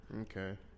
Okay